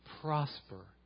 prosper